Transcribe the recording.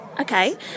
Okay